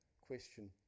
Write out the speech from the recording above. question